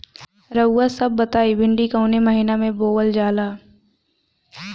रउआ सभ बताई भिंडी कवने महीना में बोवल जाला?